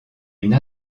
une